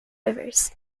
rivers